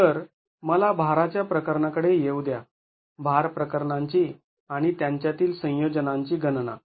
तर मला भारा च्या प्रकरणाकडे येऊ द्या भार प्रकरणांची आणि त्यांच्यातील संयोजनाची गणना